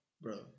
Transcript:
bro